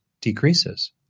decreases